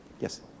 Yes